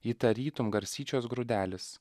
ji tarytum garstyčios grūdelis